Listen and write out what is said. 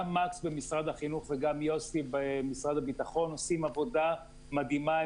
גם מקס במשרד החינוך וגם יוסי במשרד הביטחון עושים עבודה מדהימה,